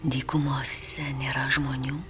dykumose nėra žmonių